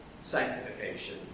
sanctification